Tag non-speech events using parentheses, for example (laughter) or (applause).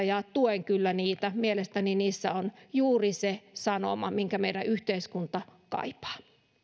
(unintelligible) ja tuen kyllä niitä mielestäni niissä on juuri se sanoma minkä meidän yhteiskuntamme kaipaa